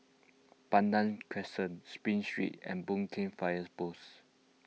Pandan Crescent Spring Street and Boon Keng Fires Post